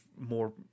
more